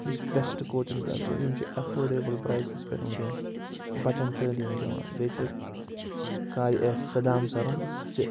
یہِ چھِ best coaching centre یِم چھِ اٮ۪فٲڈیبٕل پرٛایسَس پٮ۪ٹھ وٕنۍکٮ۪نَس بَچَن تٲلیٖم دِوان بیٚیہِ چھِ کاے اٮ۪س سدام سَرُن سُہ تہِ چھِ